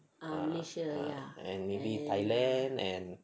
ah ah maybe thailand and